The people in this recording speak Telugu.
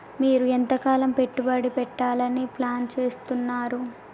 మీరు ఎంతకాలం పెట్టుబడి పెట్టాలని ప్లాన్ చేస్తున్నారు?